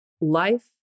life